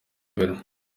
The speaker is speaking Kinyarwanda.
mbere